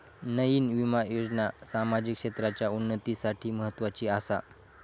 नयीन विमा योजना सामाजिक क्षेत्राच्या उन्नतीसाठी म्हत्वाची आसा